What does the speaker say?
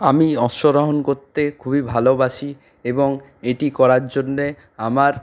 আমি অশ্বারোহণ করতে খুবই ভালোবাসি এবং এটি করার জন্যে আমার